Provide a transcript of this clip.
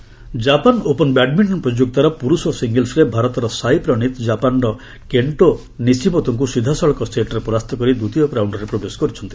badminton Japan open Japan open badminton ପ୍ରତିଯୋଗିତାର ପୁରୁଷ ସିଙ୍ଗଲସ୍ରେ ଭାରତର ସାଇ ପ୍ରଣୀତ୍ ଜାପାନ୍ର କେଷ୍ଟୋ ନିସିମୋତୋଙ୍କୁ ସିଧାସଳଖ ସେଟ୍ରେ ପରାସ୍ତ କରି ଦ୍ୱିତୀୟ ରାଉଣରେ ପ୍ରବେଶ କରିଛନ୍ତି